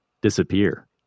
disappear